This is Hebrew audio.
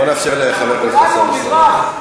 בואו נאפשר לחבר הכנסת חסון לסיים.